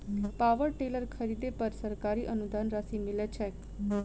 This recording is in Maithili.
पावर टेलर खरीदे पर सरकारी अनुदान राशि मिलय छैय?